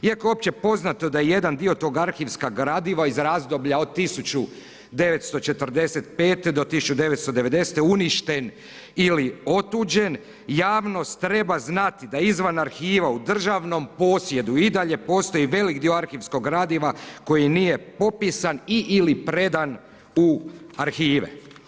Iako je opće poznato da jedan dio tog arhivskog gradiva iz razdoblja od 1945.-1990. uništen ili otuđen javnost treba znati da izvan arhiva u državnom posjedu i dalje postoji velik dio arhivskog gradiva, koji nije popisan i ili predan u arhive.